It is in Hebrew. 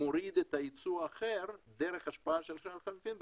מוריד את הייצוא האחר דרך השפעה של שער החליפין,